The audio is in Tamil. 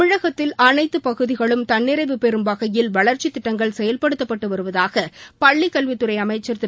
தமிழகத்தில் அனைத்து பகுதிகளும் தன்னிறைவு பெறும் வகையில் வளா்ச்சித் திட்டங்கள் செயல்படுத்தப்பட்டு வருவதாக பள்ளிக் கல்வித்துறை அமைச்சர் திரு